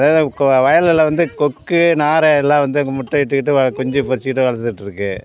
அதாவது கொ வயலெல்லலாம் வந்து கொக்கு நாரை எல்லாம் வந்து முட்டை இட்டுக்கிட்டு வ குஞ்சு பொரிச்சுக்கிட்டு வளர்ந்துட்ருக்கு